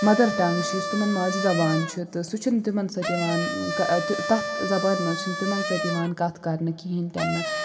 mother tongue چھِ یُس تِمن ماجہِ زَبان چھِ تہٕ سُہ چُھنہٕ تِمن سٍتۍ یِوان تَتھ زَبانہِ منٛز چھِنہٕ تِمن سٍتۍ یِوان کَتھ کرنہٕ کِہیٖنٛۍ تہِ نہٕ